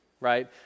right